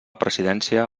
presidència